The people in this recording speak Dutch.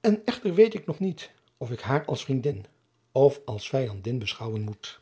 en echter weet ik nog niet of ik haar als vriendin of als vijandin beschouwen moet